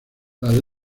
las